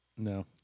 No